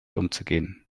umzugehen